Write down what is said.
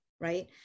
Right